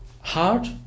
heart